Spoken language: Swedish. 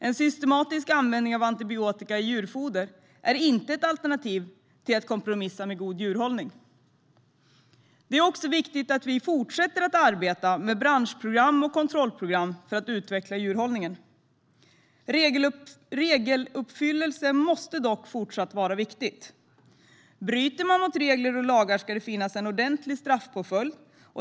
En systematisk användning av antibiotika i djurfoder är inte ett alternativ till att kompromissa med god djurhållning. Det är också viktigt att vi fortsätter att arbeta med branschprogram och kontrollprogram för att utveckla djurhållningen. Regeluppfyllelsen måste dock fortsatt vara viktig. Bryter man mot regler och lagar ska det finnas en ordentlig straffpåföljd.